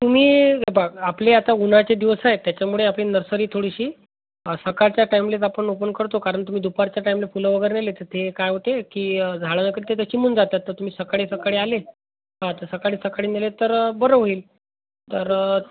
तुम्ही हे बघा आपले आता उन्हाचे दिवस आहेत त्याच्यामुळे आपली नर्सरी थोडीशी सकाळच्या टाईमलेच आपण ओपन करतो कारण तुम्ही दुपारच्या टाईमला फुलं वगैरे नेले तर ते काय होते की झाडं त्यातले ते चिमून जातात तुमी सकाळी सकाळी आले हां त सकाळी सकाळी नेले तर बरं होईल तर